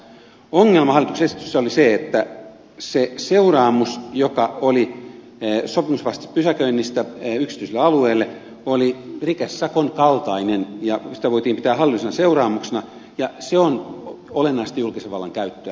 ongelma hallituksen esityksessä oli se että se seuraamus joka oli sopimuksenvastaisesta pysäköinnistä yksityisellä alueella oli rikesakon kaltainen ja sitä voitiin pitää hallinnollisena seuraamuksena ja se on olennaisesti julkisen vallan käyttöä ja oikeastaan tähän hallituksen esitys kaatui